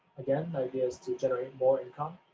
again, the idea is to generate more income